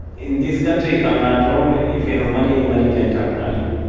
in this country, if i'm not wrong, if you have money, money can talk, not you.